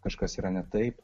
kažkas yra ne taip